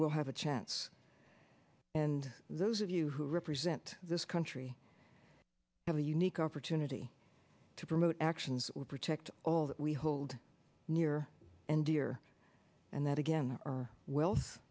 will have a chance and those of you who represent this country have a unique opportunity to promote actions protect all that we hold near and dear and that again our wealth